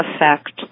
effect